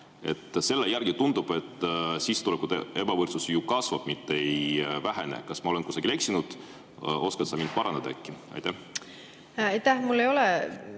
Selle järgi tundub, et sissetulekute ebavõrdsus ju kasvab, mitte ei vähene. Kas ma olen kusagil eksinud? Oskad sa mind äkki parandada? Aitäh! Mul ei ole